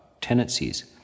tendencies